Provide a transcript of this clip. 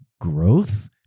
Growth